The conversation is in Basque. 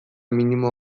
minimo